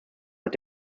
hat